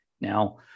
Now